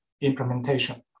implementation